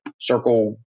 circle